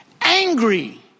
angry